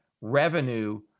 revenue